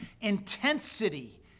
intensity